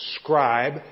scribe